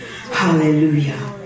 Hallelujah